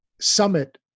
summit